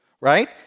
right